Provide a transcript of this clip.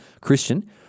Christian